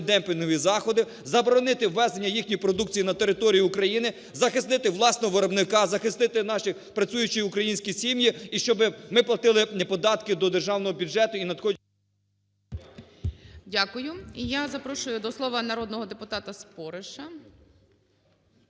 антидемпінгові заходи, заборонити ввезення їхньої продукції на територію України, захистити власного виробника, захистити наші працюючі українські сім'ї і щоб ми платили податки до Державного бюджету… ГОЛОВУЮЧИЙ. Дякую. І я запрошую до слова народного депутатаСпориша.